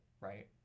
right